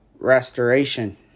restoration